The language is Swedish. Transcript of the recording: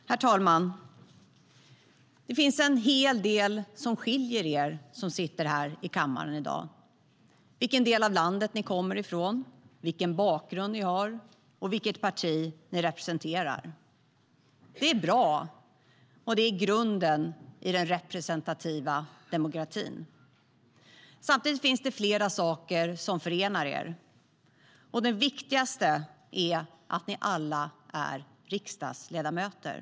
Herr talman! Det finns en hel del som skiljer er som sitter här i kammaren i dag - vilken del av landet ni kommer ifrån, vilken bakgrund ni har och vilket parti ni representerar. Det är bra. Det är grunden i den representativa demokratin. Samtidigt finns det flera saker som förenar er. Den viktigaste är att ni alla är riksdagsledamöter.